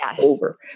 over